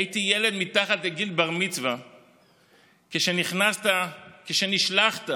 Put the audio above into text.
הייתי ילד מתחת לגיל בר-מצווה כשנכנסת, כשנשלחת